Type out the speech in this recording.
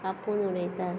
कापून उडयता